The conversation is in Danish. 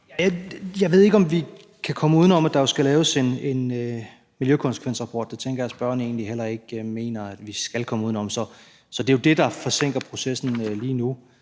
Jeg ved ikke, om vi kan komme uden om, at der også skal laves en mulig miljøkonsekvensrapport, og den tænker jeg at spørgeren egentlig heller ikke mener vi skal komme udenom. Så det er jo det, der forsinker processen lige nu.